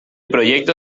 proyecto